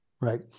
right